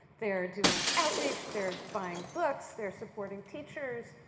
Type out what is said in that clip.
they are doing outreach. they are buying books, they are supporting teachers.